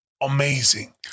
Amazing